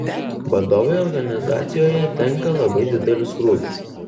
vadovui organizacijoje tenka labai didelis krūvis